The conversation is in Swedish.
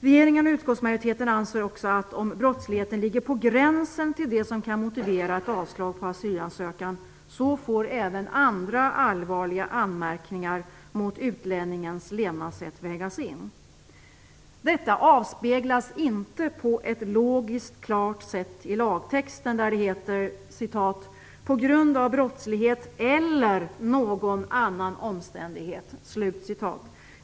Regeringen och utskottsmajoriteten anser också att om brottsligheten ligger på gränsen till det som kan motivera ett avslag på asylansökan får även andra allvarliga anmärkningar mot utlänningens levnadssätt vägas in. Detta avspeglas inte på ett logiskt och klart sätt i lagtexten, där det heter "på grund av brottslighet eller någon annan omständighet".